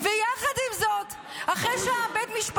אנחנו עושים את זה.